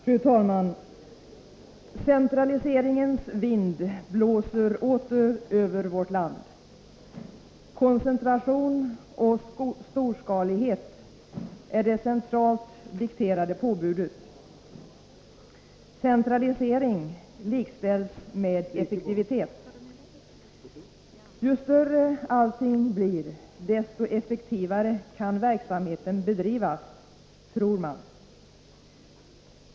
Fru talman! Centraliseringens vind blåser åter över vårt land. Koncentration och storskalighet är det centralt dikterade påbudet. Centralisering likställs med effektivitet. Ju större allting blir desto effektivare kan verksamheten bedrivas — tror man.